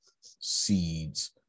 seeds